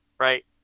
Right